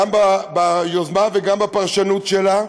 גם ביוזמה וגם בפרשנות שלה,